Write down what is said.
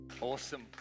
Awesome